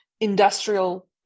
industrial